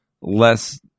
less